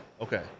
okay